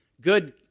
Good